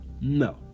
no